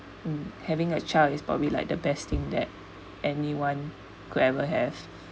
having a child is probably like the best thing that anyone could ever have